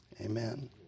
Amen